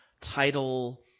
title